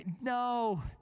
No